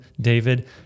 David